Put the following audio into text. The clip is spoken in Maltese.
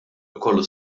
ikollu